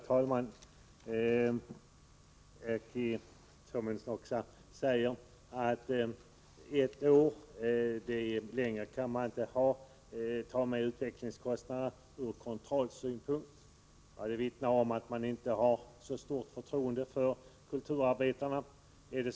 Herr talman! Erkki Tammenoksa säger att längre tid än ett år kan man inte ta med utvecklingskostnaderna ur kontrollsynpunkt. Det vittnar om att man inte har så stort förtroende för kulturarbetarna.